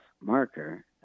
marker